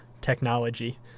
technology